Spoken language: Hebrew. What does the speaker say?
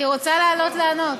היא רוצה לעלות לענות.